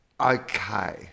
Okay